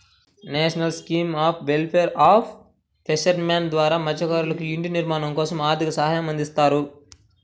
national scheme of welfare of fishermen ద్వారా మత్స్యకారులకు ఇంటి నిర్మాణం కోసం ఆర్థిక సహాయం అందిస్తారు